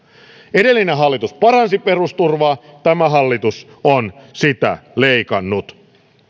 edellinen hallitus paransi perusturvaa tämä hallitus on sitä leikannut